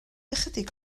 ychydig